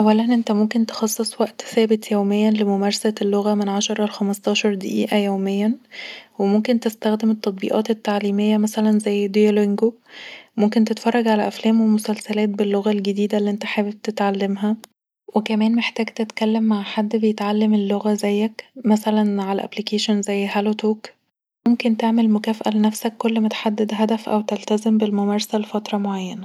اولا انت ممكن تخصص وقت ثابت يوميا لممارسة اللغة من عشره لخمستاشر دقيقه يوميا وممكن تستخدم التطبيقات التعليمية مثلا زي Duolingo ، ممكن تتفرج علي افلام ومسلسلات باللغة الجديدة اللي انت حابب تتعلمها وكمان محتاج تتكلم مع حد بيتعلم اللغه زيك مثلا علي application زي Hellotalk، ممكن تعمل مكافئة لنفسك كل ماتحدد هدف او تلتزم بالممارسه لفتره معينه